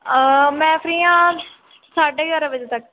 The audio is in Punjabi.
ਮੈਂ ਫਰੀ ਹਾਂ ਸਾਢੇ ਗਿਆਰਾਂ ਵਜੇ ਤੱਕ